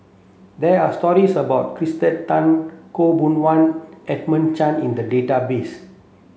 there are stories about Kirsten Tan Khaw Boon Wan and Edmund Chen in the database